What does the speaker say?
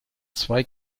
zwei